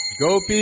gopi